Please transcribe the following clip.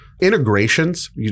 integrations